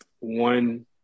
one